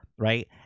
Right